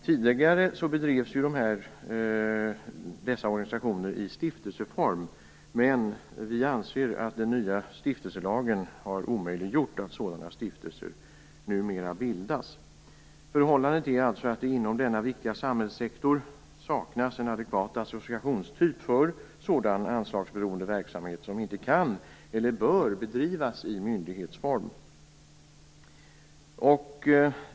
Tidigare bedrevs dessa organisationer i stiftelseform, men vi anser att den nya stiftelselagen har omöjliggjort att sådana stiftelser m.m. bildas. Förhållandet är alltså att det inom denna viktiga samhällssektor saknas en adekvat associationstyp för sådan anslagsberoende verksamhet som inte kan eller bör bedrivas i myndighetsform.